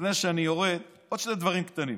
לפני שאני יורד, עוד שני דברים קטנים: